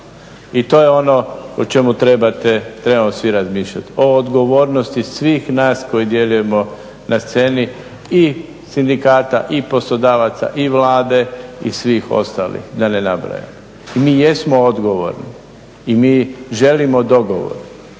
I to je ono o čemu trebate, trebamo svi razmišljati o odgovornosti svih nas koji djelujemo na sceni i sindikata i poslodavaca i Vlade i svih ostalih da ne nabrajamo. I mi jesmo odgovorni i mi želimo dogovor,